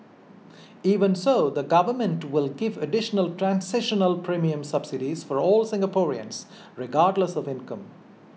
even so the government will give additional transitional premium subsidies for all Singaporeans regardless of income